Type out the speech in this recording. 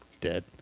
dead